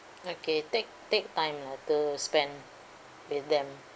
okay take take time lah to spend with them